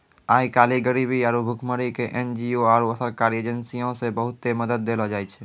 आइ काल्हि गरीबी आरु भुखमरी के एन.जी.ओ आरु सरकारी एजेंसीयो से बहुते मदत देलो जाय छै